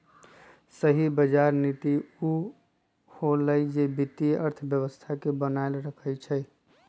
सही बजार नीति उ होअलई जे वित्तीय अर्थव्यवस्था के बनाएल रखई छई